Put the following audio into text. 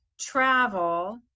travel